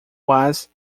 was